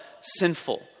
sinful